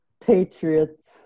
Patriots